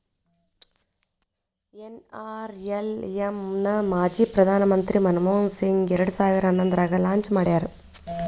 NRLM ನ ಮಾಜಿ ಪ್ರಧಾನ್ ಮಂತ್ರಿ ಮನಮೋಹನ್ ಸಿಂಗ್ ಎರಡ್ ಸಾವಿರ ಹನ್ನೊಂದ್ರಾಗ ಲಾಂಚ್ ಮಾಡ್ಯಾರ